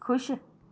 खुश